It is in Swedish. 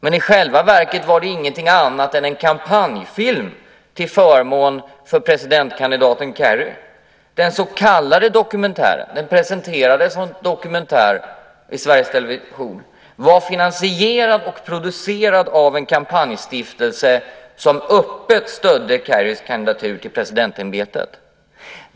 I själva verket var det inte något annat än en kampanjfilm till förmån för presidentkandidaten Kerry. Den så kallade dokumentären - den presenterades som dokumentär i Sveriges Television - var finansierad och producerad av en kampanjstiftelse som öppet stödde Kerrys kandidatur till presidentämbetet.